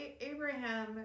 Abraham